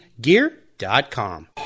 Gear.com